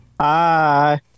Hi